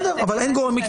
בסדר, אבל אין גורם מקצועי.